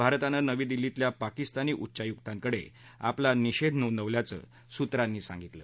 भारतानं नवी दिल्लीतल्या पाकिस्तानी उच्चायुक्तांकडे आपला निषेध नोंदवल्याचं सुत्रांनी सांगितलं